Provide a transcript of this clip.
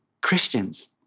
Christians